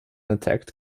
attacked